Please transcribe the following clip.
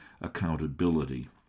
accountability